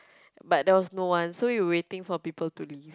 but there was no one so we waiting for people to leave